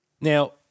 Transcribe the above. Now